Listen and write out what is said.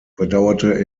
bedauerte